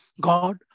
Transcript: God